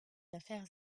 affaires